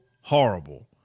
horrible